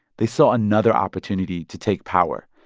they saw another opportunity to take power.